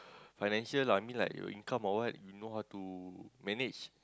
financial lah I mean like your income or what you know how to manage